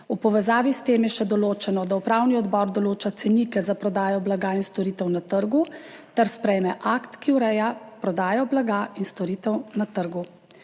V povezavi s tem je še določeno, da upravni odbor določa cenike za prodajo blaga in storitev na trgu, ter sprejme akt, ki ureja prodajo blaga in storitev na trgu.